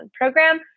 program